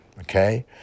okay